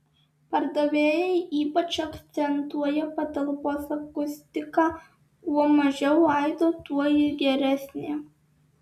pardavėjai ypač akcentuoja patalpos akustiką kuo mažiau aido tuo ji geresnė